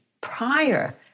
prior